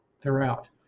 throughout